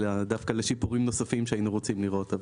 דווקא לשיפורים נוספים שהיינו רוצים לראות.